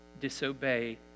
disobey